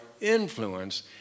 influence